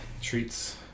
Treats